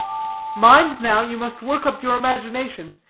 mind, now, you must work up your imagination,